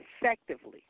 effectively